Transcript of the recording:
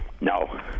No